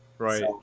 Right